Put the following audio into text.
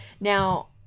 Now